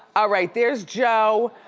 ah right, there's joe,